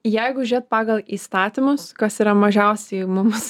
jeigu žiūrėt pagal įstatymus kas yra mažiausiai mums